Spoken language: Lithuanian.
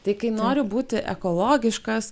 tai kai noriu būti ekologiškas